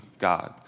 God